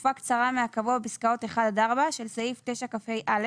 לתקופה קצרה מהקבוע בפסקאות (1) עד (4) של סעיף 9כה(א),